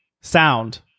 sound